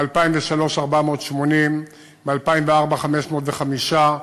ב-2003, 480, ב-2004, 505,